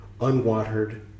unwatered